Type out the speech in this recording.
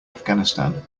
afghanistan